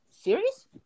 serious